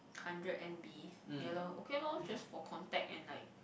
hundred m_b ya lor okay lor just for contact and like